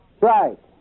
right